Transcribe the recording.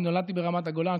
אני נולדתי ברמת הגולן.